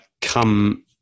come